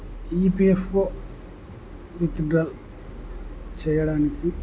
ఈ P F O withdraw చేయడానికి